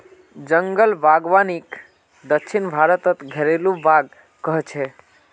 जंगल बागवानीक दक्षिण भारतत घरेलु बाग़ कह छे